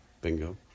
Bingo